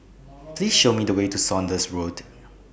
Please Show Me The Way to Saunders Road